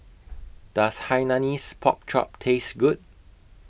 Does Hainanese Pork Chop Taste Good